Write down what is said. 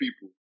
people